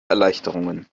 erleichterungen